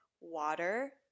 water